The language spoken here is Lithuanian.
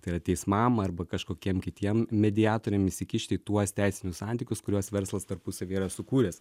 tai yra teismam arba kažkokiem kitiem mediatoriam įsikišti į tuos teisinius santykius kuriuos verslas tarpusavyje yra sukūręs